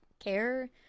care